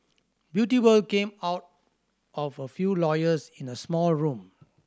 Beauty World came out of a few lawyers in a small room